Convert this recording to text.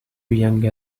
young